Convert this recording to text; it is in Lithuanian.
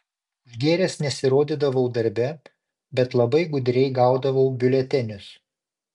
užgėręs nesirodydavau darbe bet labai gudriai gaudavau biuletenius